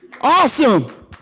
Awesome